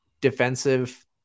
defensive